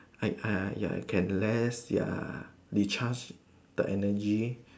I I I can rest ya recharge the energy